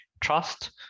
trust